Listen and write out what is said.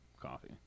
coffee